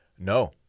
No